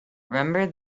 remember